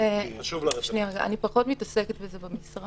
ולכן אנחנו עושים את זה מאוד בזהירות,